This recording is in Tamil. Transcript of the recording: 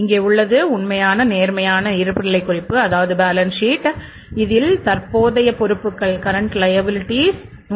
இங்கே உள்ளது உண்மையான நேர்மையான இருப்புநிலை குறிப்புகள் பேலன்ஸ் ஷீட் 130